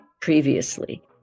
previously